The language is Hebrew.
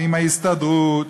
ועם ההסתדרות,